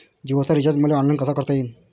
जीओच रिचार्ज मले ऑनलाईन करता येईन का?